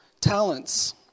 talents